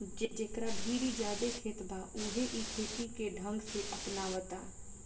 जेकरा भीरी ज्यादे खेत बा उहे इ खेती के ढंग के अपनावता